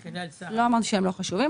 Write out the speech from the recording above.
לא אמרתי שהם לא חשובים.